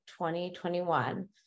2021